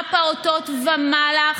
שבעה פעוטות ומעלה,